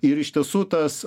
ir iš tiesų tas